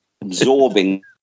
absorbing